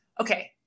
okay